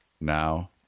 Now